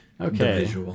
Okay